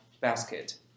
basket